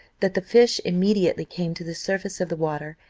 that the fish immediately came to the surface of the water,